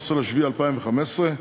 13 ביולי 2015,